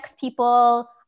people